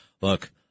Look